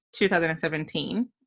2017